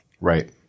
Right